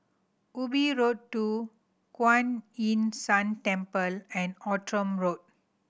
Ubi Road Two Kuan Yin San Temple and Outram Road